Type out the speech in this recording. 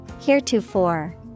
Heretofore